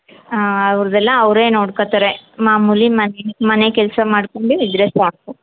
ಹಾಂ ಅವ್ರದ್ದೆಲ್ಲ ಅವರೇ ನೋಡ್ಕೊಳ್ತಾರೆ ಮಾಮೂಲಿ ಮನೆ ಕೆಲಸ ಮಾಡ್ಕೊಂಡೇ ಇದ್ದರೆ ಸಾಕು